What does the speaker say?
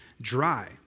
dry